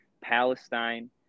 Palestine